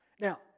Now